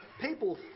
People